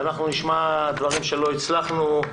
אנחנו נשמע דברים בהם לא הצלחנו.